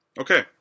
Okay